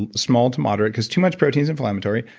and small to moderate, because too much protein is inflammatory.